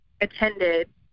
attended